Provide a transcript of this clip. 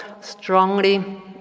strongly